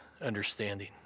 understanding